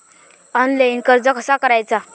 Online कर्ज कसा करायचा?